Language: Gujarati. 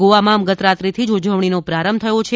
ગોવામાં ગતરાત્રીથી ઉજવણીનો પ્રારંભ થયો છે